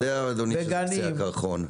אתה יודע אדוני שזה קצה הקרחון.